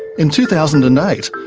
in two thousand and eight,